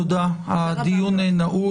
תודה, הדיון נעול.